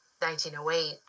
1908